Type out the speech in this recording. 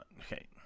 okay